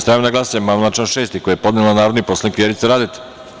Stavljam na glasanje amandman na član 6. koji je podnela narodni poslanik Vjerica Radeta.